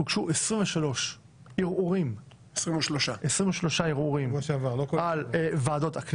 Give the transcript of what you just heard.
הוגשו 23 ערעורים על החלטות,